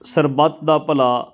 ਸਰਬੱਤ ਦਾ ਭਲਾ